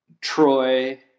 Troy